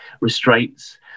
restraints